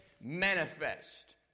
manifest